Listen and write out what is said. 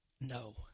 no